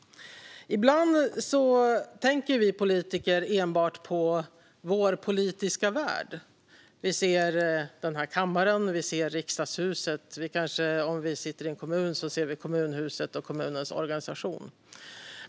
Ibland tänker vi politiker enbart på vår politiska värld. Vi ser den här kammaren, och vi ser riksdagshuset. Om vi sitter i en kommun ser vi kommunhuset och kommunens organisation.